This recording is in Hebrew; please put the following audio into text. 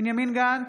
בנימין גנץ,